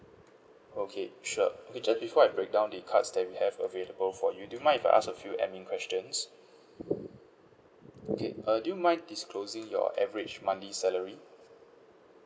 okay sure okay just before I breakdown the cards that we have available for you do you mind if I ask a few admin questions okay uh do you mind disclosing your average monthly salary